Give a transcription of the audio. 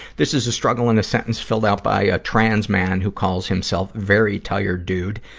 this is a struggle in a sentence filled out by a trans man who calls himself very tired, dude.